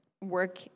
work